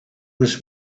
was